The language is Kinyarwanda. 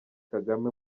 kagame